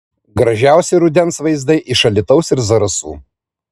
gražiausi rudens vaizdai iš alytaus ir zarasų